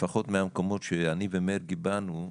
לפחות מהמקומות שאני ומרגי באנו,